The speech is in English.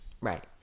Right